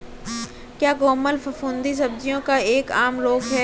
क्या कोमल फफूंदी सब्जियों का एक आम रोग है?